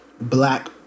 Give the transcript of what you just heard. black